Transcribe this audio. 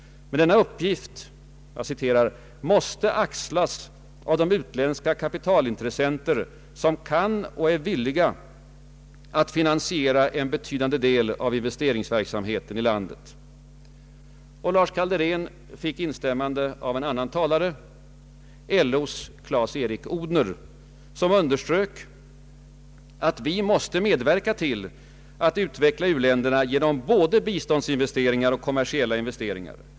”Men denna uppgift måste axlas av de utländska kapitalintressenter som kan och är villiga att finansiera en betydande del av investeringsverksamheten i landet.” Lars Kalderén fick instämmande av en annan talare, LO:s Clas-Erik Odhner, som underströk att vi måste medverka till att utveckla u-länderna genom både biståndsinvesteringar och kommersiella investeringar.